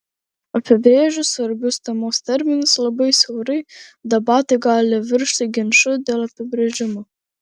apibrėžus svarbius temos terminus labai siaurai debatai gali virsti ginču dėl apibrėžimų